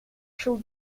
shall